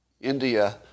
India